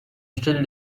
still